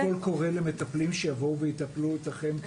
להוציא קול קורא למטפלים שיבואו ויטפלו אצלכם?